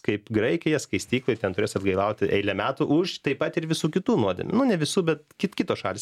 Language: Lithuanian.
kaip graikija skaistykloje ten turės atgailauti eilę metų už taip pat ir visų kitų nuodėmių nu ne visų bet kit kitos šalys